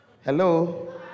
Hello